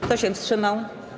Kto się wstrzymał?